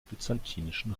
byzantinischen